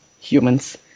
Humans